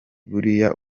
buriya